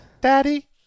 Daddy